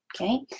Okay